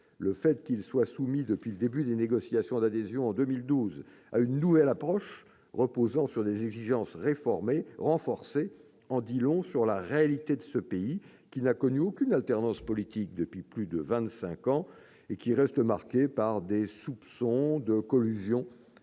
Le fait qu'il soit soumis, depuis le début des négociations d'adhésion, en 2012, à une « nouvelle approche », reposant sur des exigences renforcées, en dit long sur la réalité de ce pays, qui n'a connu aucune alternance politique depuis plus de vingt-cinq ans et qui reste marqué par des soupçons de collusion